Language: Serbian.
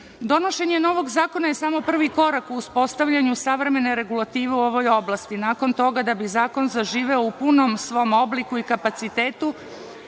meri. Donošenje novog zakona je samo prvi korak u uspostavljanju savremene regulative u ovoj oblasti. Nakon toga da bi zakon zaživeo u punom svom obliku i kapacitetu